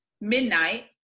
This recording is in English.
midnight